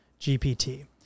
gpt